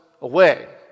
away